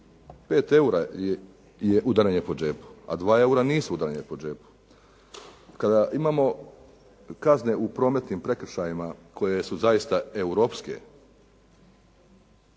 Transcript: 5 € je udaranje po džepu, a 2 € nisu udaranje po džepu. Kada imamo kazne u prometnim prekršajima koje su zaista europske,